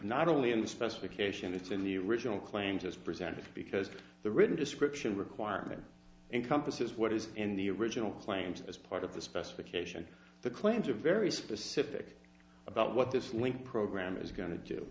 not only in the specification it's in the original claims as presented because the written description requirement encompasses what is in the original claims as part of the specification the claims are very specific about what this link program is go